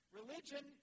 religion